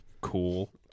cool